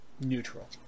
neutral